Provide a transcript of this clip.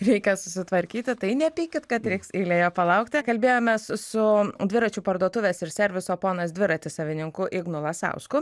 reikia susitvarkyti tai nepykit kad reiks eilėje palaukti kalbėjomės su dviračių parduotuvės ir serviso ponas dviratis savininko ignu lasausku